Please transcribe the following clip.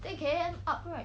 ten K_M up right